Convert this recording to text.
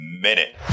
minute